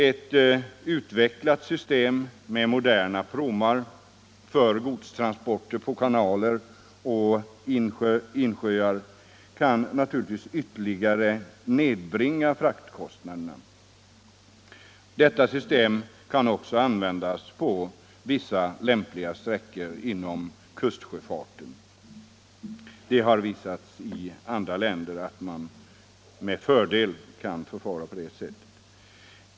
Ett utvecklat system med moderna pråmar för godstransporter på kanaler och insjöar kan ytterligare nedbringa fraktkostnaderna. Detta system kan också användas på lämpliga sträckor inom kustsjöfarten. Det har visat sig i andra länder att man med fördel kan förfara på det sättet.